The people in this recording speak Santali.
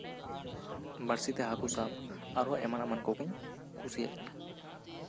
ᱵᱟᱹᱲᱥᱤ ᱛᱮ ᱦᱟᱠᱩ ᱥᱟᱵ ᱟᱨᱦᱚ ᱮᱢᱟᱱ ᱮᱢᱟᱱ ᱠᱚᱜᱤᱧ ᱠᱩᱥᱤᱭᱟᱜ ᱠᱟᱱᱟ